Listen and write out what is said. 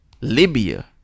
Libya